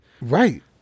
Right